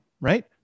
right